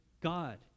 God